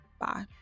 bye